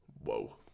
Whoa